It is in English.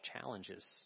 challenges